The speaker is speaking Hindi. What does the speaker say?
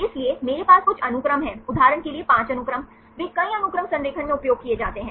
इसलिए मेरे पास कुछ अनुक्रम हैं उदाहरण के लिए 5 अनुक्रम वे कई अनुक्रम संरेखण में उपयोग किए जाते हैं